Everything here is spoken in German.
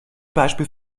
beispiel